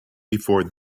before